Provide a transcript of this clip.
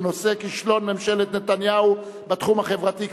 בנושא: כישלון ממשלת נתניהו בתחום החברתי,